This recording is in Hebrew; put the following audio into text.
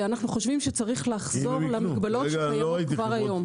אנחנו חושבים שצריך לחזור למגבלות שקיימות כבר היום.